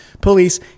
police